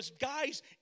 guys